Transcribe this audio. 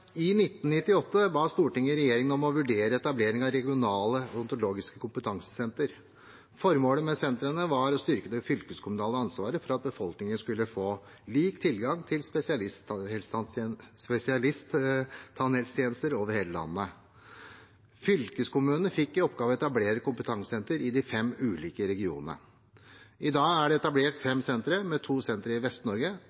I 1998 ba Stortinget regjeringen om å vurdere etablering av regionale odontologiske kompetansesenter. Formålet med sentrene var å styrke det fylkeskommunale ansvaret for at befolkningen skulle få lik tilgang til spesialisttannhelsetjenester over hele landet. Fylkeskommunene fikk i oppgave å etablere kompetansesenter i de fem ulike regionene. I dag er det etablert